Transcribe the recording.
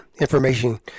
information